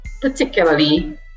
particularly